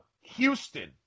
Houston